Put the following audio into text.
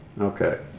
Okay